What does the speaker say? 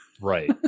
Right